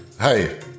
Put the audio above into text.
hey